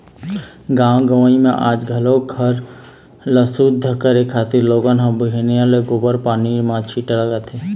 गाँव गंवई म आज घलोक घर ल सुद्ध करे खातिर लोगन ह बिहनिया ले गोबर पानी म छीटा लगाथे